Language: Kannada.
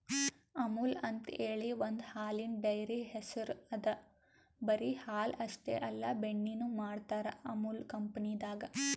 ಅಮುಲ್ ಅಂಥೇಳಿ ಒಂದ್ ಹಾಲಿನ್ ಡೈರಿ ಹೆಸ್ರ್ ಅದಾ ಬರಿ ಹಾಲ್ ಅಷ್ಟೇ ಅಲ್ಲ ಬೆಣ್ಣಿನು ಮಾಡ್ತರ್ ಅಮುಲ್ ಕಂಪನಿದಾಗ್